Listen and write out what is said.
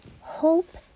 Hope